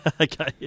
Okay